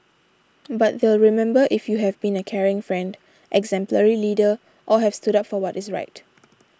but they'll remember if you have been a caring friend exemplary leader or have stood up for what is right